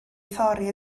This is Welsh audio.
thorri